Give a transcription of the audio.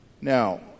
Now